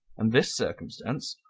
and this circumstance,